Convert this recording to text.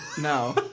No